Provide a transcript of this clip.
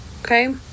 okay